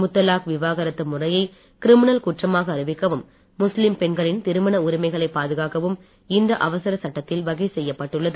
முத்தலாக் விவாகரத்து முறையை கிரிமினல் குற்றமாக அறிவிக்கவும் முஸ்லிம் பெண்களின் திருமண உரிமைகளைப் பாதுகாக்கவும் இந்த அவசர சட்டத்தில் வகை செய்யப்பட்டுள்ளது